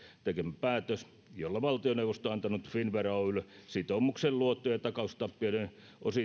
tekemä päätös jolla valtioneuvosto on antanut finnvera oylle sitoumuksen luotto ja takaustappioiden